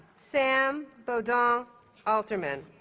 sam baudon um alterman